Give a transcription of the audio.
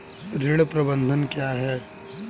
ऋण प्रबंधन क्या है?